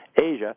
asia